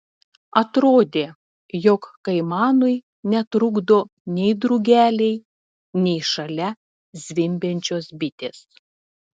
atrodė jog kaimanui netrukdo nei drugeliai nei šalia zvimbiančios bitės